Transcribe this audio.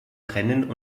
rennen